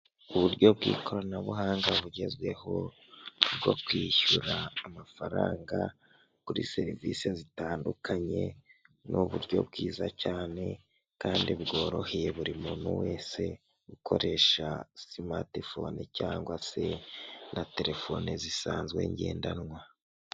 Igipapuro k'inyemezabwishyu gitangwa n'ikigo cyimisoro n'amahoro, kikaba kigaragaza igiciro cyamafaranga iki kintu cyatanzweho nicyo gikorwa cyakozwe.